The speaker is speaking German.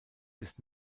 bis